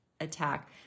attack